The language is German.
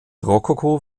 rokoko